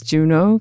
Juno